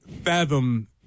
fathom